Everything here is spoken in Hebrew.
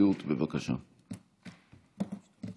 סמכויות מיוחדות להתמודדות עם נגיף הקורונה החדש (הוראת שעה)